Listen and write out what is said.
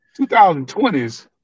2020s